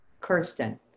Kirsten